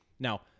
Now